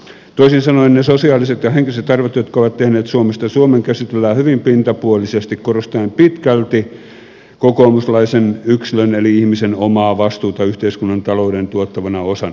toisin sanoen ne sosiaaliset ja henkiset arvot jotka ovat tehneet suomesta suomen käsitellään hyvin pintapuolisesti korostaen pitkälti kokoomuslaisen yksilön eli ihmisen omaa vastuuta yhteiskunnan talouden tuottavana osana